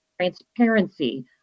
transparency